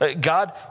God